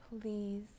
please